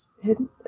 hidden